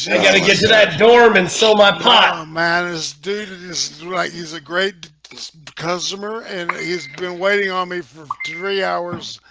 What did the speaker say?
yeah gotta get to that dorm and so my pot um manners do this right he's a great customer and he's been waiting on me for three hours,